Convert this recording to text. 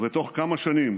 ובתוך כמה שנים